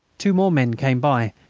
two more men came by,